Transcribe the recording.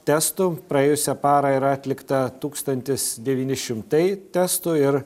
testų praėjusią parą yra atlikta tūkstantis devyni šimtai testų ir